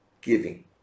giving